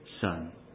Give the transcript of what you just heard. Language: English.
Son